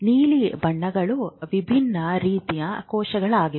ನೀಲಿ ಬಣ್ಣಗಳು ವಿಭಿನ್ನ ರೀತಿಯ ಕೋಶಗಳಾಗಿವೆ